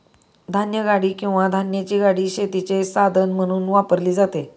धान्यगाडी किंवा धान्याची गाडी शेतीचे साधन म्हणून वापरली जाते